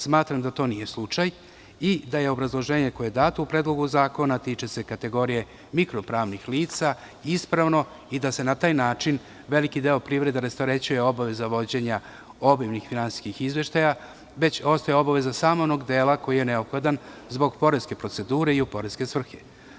Smatram da to nije slučaj i da je obrazloženje koje je dato u predlogu zakona, a tiče se kategorije mikro pravnih lica, ispravno i da se na taj način veliki deo privrede rasterećuje obaveza vođenja obimnih finansijskih izveštaja, a već ostaje obaveza samo onog dela koji je neophodan zbog poreske procedure i u poreske svrhe.